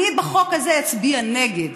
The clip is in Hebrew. אני בחוק הזה אצביע נגד,